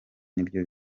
nibyo